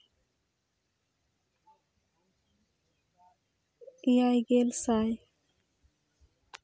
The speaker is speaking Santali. ᱮᱭᱟᱭ ᱜᱮᱞ ᱥᱟᱭ